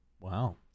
Wow